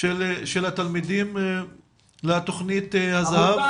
של התלמידים לתכנית הזה"ב?